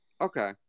Okay